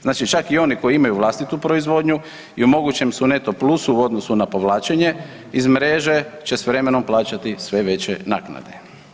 Znači čak i oni koji imaju vlastitu proizvodnju i u mogućem su neto plusu u odnosu na povlačenje iz mreže će s vremenom plaćati sve veće naknade.